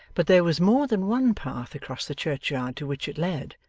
but there was more than one path across the churchyard to which it led,